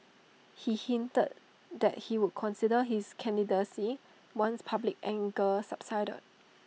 he hinted that he would consider his candidacy once public anger subsided